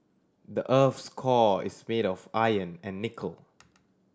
the earth's core is made of iron and nickel